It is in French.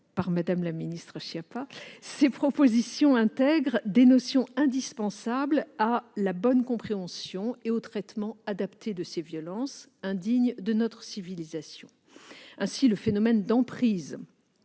le cadre du Grenelle, ces propositions intègrent des notions indispensables à la bonne compréhension et au traitement adapté de ces violences indignes de notre civilisation. Ainsi, le phénomène d'emprise,